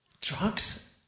Drugs